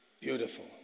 Beautiful